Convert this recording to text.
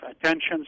attention